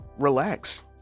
relax